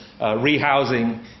rehousing